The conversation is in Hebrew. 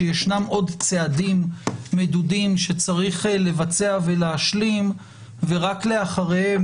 שישנם עוד צעדים מדודים שצריך לבצע ולהשלים ורק לאחריהם